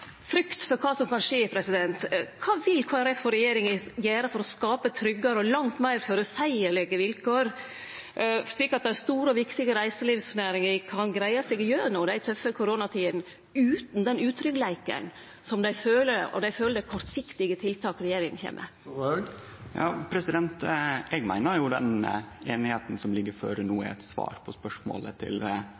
for kva som kan skje. Kva vil Kristeleg Folkeparti og regjeringa gjere for å skape tryggare og langt meir føreseielege vilkår, slik at den store og viktige reiselivsnæringa kan greie seg gjennom den tøffe koronatida utan den utryggleiken som dei føler med dei kortsiktige tiltaka som regjeringa kjem med? Eg meiner den einigheita som no ligg føre, i seg sjølv er eit svar på spørsmålet